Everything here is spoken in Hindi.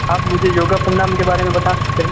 आप मुझे योगा प्रणाम के बारे में बता सकते हैं